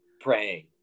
praying